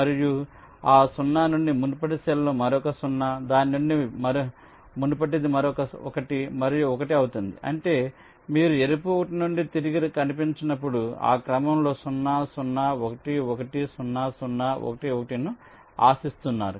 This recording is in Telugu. మరియు ఆ 0 నుండి మునుపటి సెల్ మరొక 0 దాని నుండి మునుపటిది మరొక 1 మరొక 1 అవుతుంది అంటే మీరు ఎరుపు 1 నుండి తిరిగి కనిపించినప్పుడు ఆ క్రమంలో 0 0 1 1 0 0 1 1 ను ఆశిస్తున్నారు